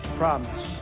promise